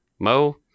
Mo